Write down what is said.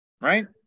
right